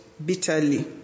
Bitterly